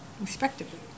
respectively